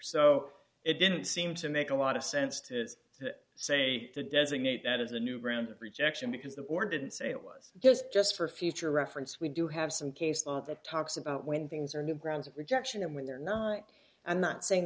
so it didn't seem to make a lot of sense to say to designate that as a new round of rejection because the board didn't say it was it was just for future reference we do have some case law that talks about when things are new grounds of rejection and when they're not i am not saying